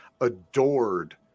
adored